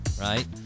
right